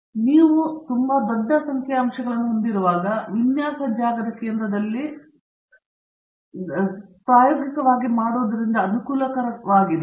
ಮತ್ತು ನೀವು ತುಂಬಾ ದೊಡ್ಡ ಸಂಖ್ಯೆಯ ಅಂಶಗಳನ್ನು ಹೊಂದಿರುವಾಗ ವಿನ್ಯಾಸ ಜಾಗದ ಕೇಂದ್ರದಲ್ಲಿ ಪ್ರಾಯೋಗಿಕವಾಗಿ ಮಾಡುವುದರಿಂದ ಅನುಕೂಲಕರವಾಗಿದೆ